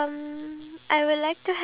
just one